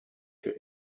für